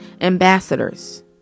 ambassadors